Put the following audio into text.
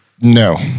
No